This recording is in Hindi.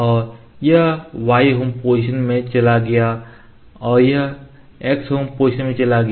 और यह y होम पोजीशन में चला गया और यह x होम पोजीशन में चला गया